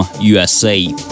USA